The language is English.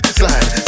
slide